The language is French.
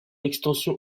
extension